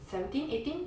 seventeen eighteen